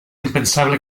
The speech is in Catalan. impensable